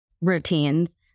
routines